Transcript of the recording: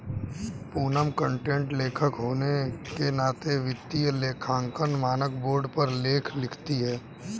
Poonam content लेखक होने के नाते वित्तीय लेखांकन मानक बोर्ड पर लेख लिखती है